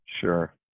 Sure